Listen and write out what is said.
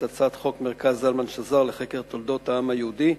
הצעת חוק מרכז זלמן שזר לחקר תולדות העם היהודי,